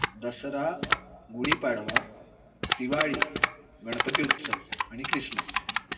दसरा गुढीपाडवा दिवाळी गणपती उत्सव आणि क्रिसमस